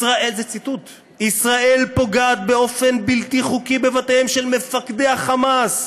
זה ציטוט: "ישראל פוגעת באופן בלתי חוקי בבתיהם של מפקדי ה"חמאס".